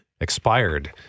expired